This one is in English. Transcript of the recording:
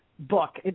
book